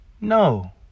No